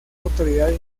autoridad